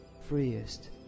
freest